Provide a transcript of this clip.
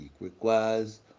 requires